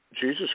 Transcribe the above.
Jesus